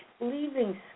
leaving